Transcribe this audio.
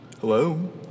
Hello